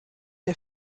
der